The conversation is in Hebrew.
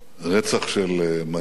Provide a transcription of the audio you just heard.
רצח של מנהיג